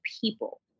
people